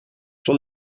for